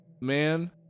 man